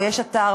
או יש אתר,